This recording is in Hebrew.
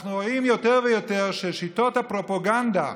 אנחנו רואים יותר ויותר ששיטות הפרופגנדה